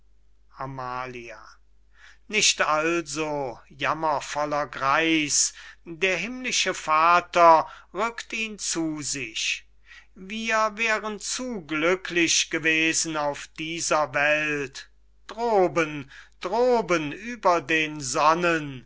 amalia nicht also jammervoller greis der himmlische vater rückt ihn zu sich wir wären zu glücklich gewesen auf dieser welt droben droben über den sonnen